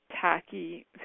tacky